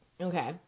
Okay